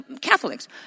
Catholics